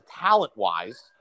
talent-wise